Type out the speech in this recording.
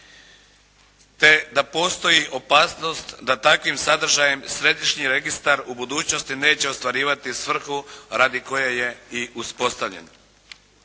te da postoji opasnost da takvim sadržajem središnji registar u budućnosti neće ostvarivati svrhu radi koje je i uspostavljen.